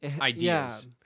ideas